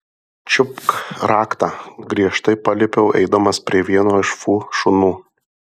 čiupk raktą griežtai paliepiau eidamas prie vieno iš fu šunų